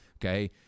okay